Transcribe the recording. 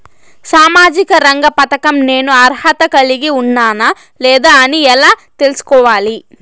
సామాజిక రంగ పథకం నేను అర్హత కలిగి ఉన్నానా లేదా అని ఎలా తెల్సుకోవాలి?